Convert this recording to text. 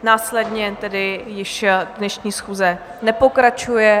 Následně tedy již dnešní schůze nepokračuje.